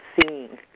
seeing